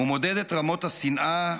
הוא מודד את רמות השנאה,